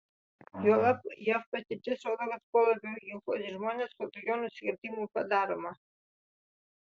juolab jav patirtis rodo kad kuo labiau ginkluoti žmonės tuo daugiau nusikaltimų padaroma